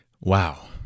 Wow